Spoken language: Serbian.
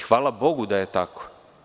Hvala Bogu da je tako.